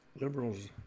Liberals